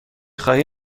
خواهی